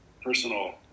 personal